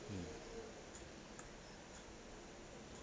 mm